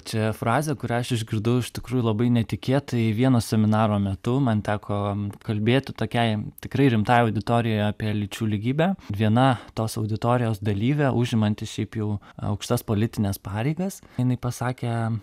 čia frazė kurią aš išgirdau iš tikrųjų labai netikėtai vieno seminaro metu man teko kalbėti tokiai tikrai rimtai auditorijai apie lyčių lygybę viena tos auditorijos dalyvė užimanti šiaip jau aukštas politines pareigas jinai pasakė